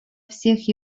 всех